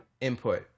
input